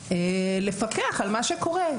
ויש אפשרות לפקח על מה שקורה.